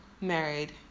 married